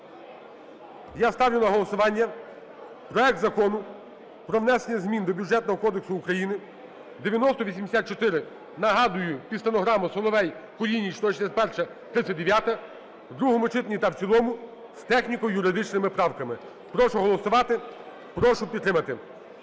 Я ставлю на голосування проект Закону про внесення змін до Бюджетного кодексу України (9084) (нагадую під стенограму: Соловей, Кулініч – 161, 39) в другому читанні та в цілому з техніко-юридичними правками. Прошу голосувати. Прошу підтримати.